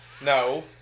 No